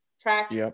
track